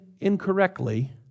incorrectly